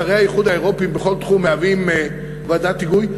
שרי האיחוד האירופי בכל תחום מהווים ועדת היגוי,